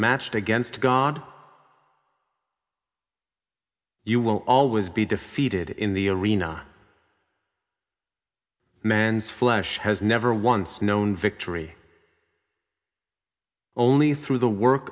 matched against god you will always be defeated in the arena man's flesh has never once known victory only through the work